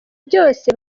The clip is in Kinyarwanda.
byose